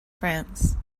france